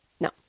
No